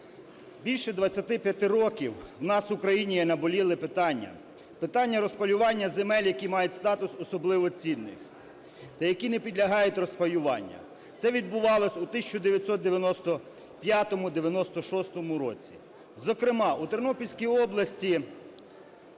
Більше 25 років у нас в Україні є наболіле питання – питання розпаювання земель, які мають статус особливо цінних та які не підлягають розпаюванню. Це відбувалося у 1995-1996 році. Зокрема у Тернопільській області